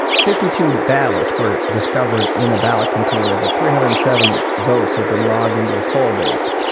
fifty two ballots were discovered in a ballot container, but three hundred and seven votes had been logged into a poll book.